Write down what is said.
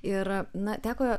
ir na teko